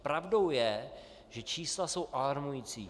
Pravdou je, že čísla jsou alarmující.